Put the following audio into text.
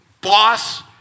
boss